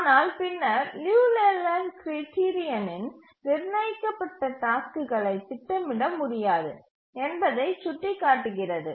ஆனால் பின்னர் Liu Leland criterion நிர்ணயிக்கப்பட்ட டாஸ்க்குகளை திட்டமிட முடியாது என்பதை சுட்டிக்காட்டுகிறது